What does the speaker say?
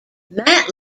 matt